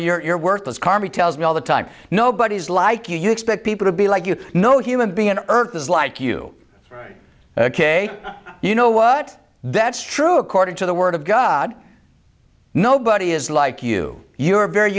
so you're worthless carmi tells me all the time nobody is like you you expect people to be like you know human being and earth is like you ok you know what that's true according to the word of god nobody is like you you're very